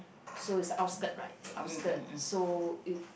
so it's outskirt right it's outskirt so you